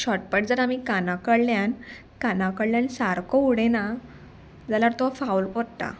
shot put जर आमी काना कडल्यान काना कडल्यान सारको उडयना जाल्यार तो फावल पडटा